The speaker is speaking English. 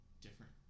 different